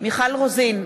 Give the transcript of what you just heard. מיכל רוזין,